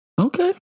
Okay